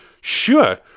Sure